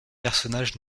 personnages